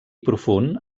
profund